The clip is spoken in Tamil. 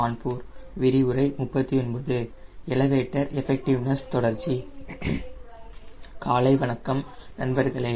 காலை வணக்கம் நண்பர்களே